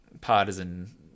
partisan